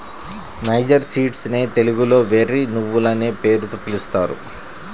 niger seeds నే తెలుగులో వెర్రి నువ్వులనే పేరుతో పిలుస్తారు